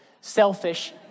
selfish